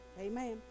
Amen